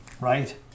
Right